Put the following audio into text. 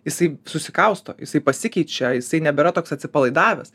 jisai susikausto jisai pasikeičia jisai nebėra toks atsipalaidavęs